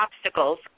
obstacles